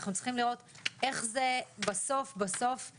אנחנו צריכים לראות איך בסוף זה מחולק.